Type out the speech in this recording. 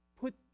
put